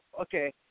okay